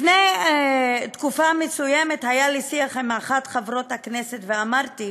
לפני תקופה מסוימת היה לי שיח עם אחת מחברות הכנסת ואמרתי: